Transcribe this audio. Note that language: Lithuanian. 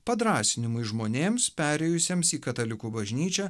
padrąsinimui žmonėms perėjusiems į katalikų bažnyčią